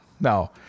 No